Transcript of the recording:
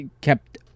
kept